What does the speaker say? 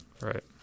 Right